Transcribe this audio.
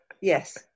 yes